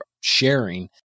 sharing